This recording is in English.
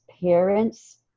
parents